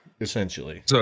essentially